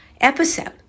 episode